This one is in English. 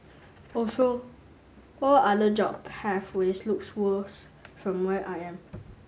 also all other job pathways look worse from where I am